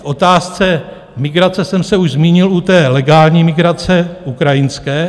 K otázce migrace jsem se už zmínil u té legální migrace, ukrajinské.